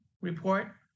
Report